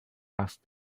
asked